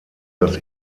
das